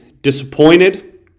disappointed